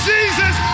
Jesus